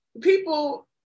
people